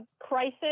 crisis